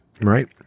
Right